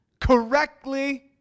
correctly